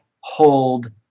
hold